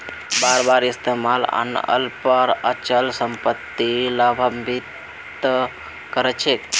बार बार इस्तमालत आन ल पर अचल सम्पत्ति लाभान्वित त कर छेक